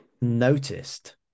noticed